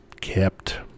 kept